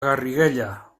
garriguella